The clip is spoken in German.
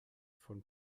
von